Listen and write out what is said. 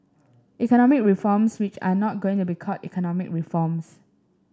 economic reforms which are not going to be called economic reforms